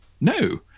No